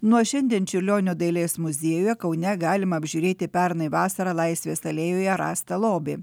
nuo šiandien čiurlionio dailės muziejuje kaune galima apžiūrėti pernai vasarą laisvės alėjoje rastą lobį